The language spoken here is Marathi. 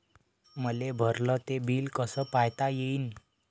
मले भरल ते बिल कस पायता येईन?